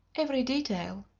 every detail.